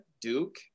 Duke